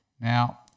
Now